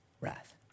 wrath